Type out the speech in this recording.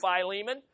Philemon